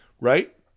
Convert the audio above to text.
right